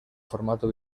formato